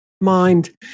mind